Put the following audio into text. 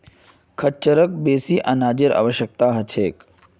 खच्चरक बेसी अनाजेर आवश्यकता ह छेक